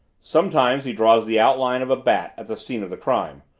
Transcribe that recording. sometimes he draws the outline of a bat at the scene of the crime.